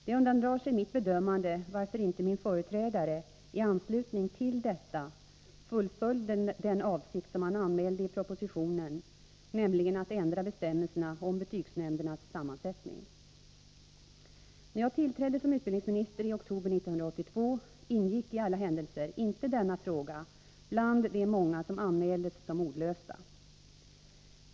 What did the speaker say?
Det undandrar sig mitt bedömande varför inte min företrädare i anslutning till detta fullföljde den avsikt som han anmälde i propositionen, nämligen att ändra bestämmelserna om betygsnämndernas sammansättning. När jag tillträdde som utbildningsminister i oktober 1982 ingick i alla händelser inte denna fråga bland de många som anmäldes som olösta.